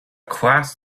class